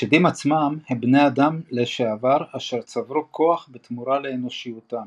השדים עצמם הם בני אדם לשעבר אשר צברו כוח בתמורה לאנושיותם